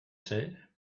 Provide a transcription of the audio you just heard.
said